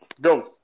Go